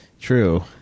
True